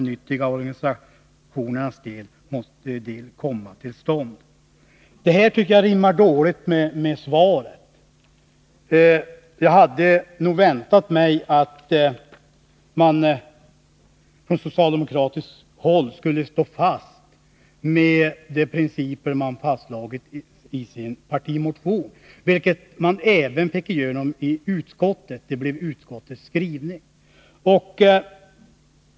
Detta rimmar dåligt, tycker jag, med arbetsmarknadsministerns svar på min fråga. Jag hade väntat mig att man från socialdemokratiskt håll skulle stå fast vid de principer som man fastslagit i sin partimotion och som man fick igenom i utskottet — det framgår av utskottets skrivning.